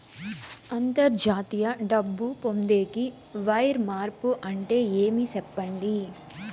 అంతర్జాతీయ డబ్బు పొందేకి, వైర్ మార్పు అంటే ఏమి? సెప్పండి?